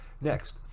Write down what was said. next